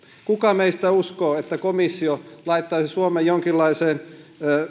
kuka meistä uskoo että komissio laittaisi suomen jonkinlaiseen